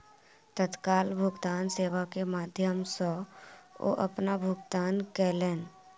तत्काल भुगतान सेवा के माध्यम सॅ ओ अपन भुगतान कयलैन